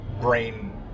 brain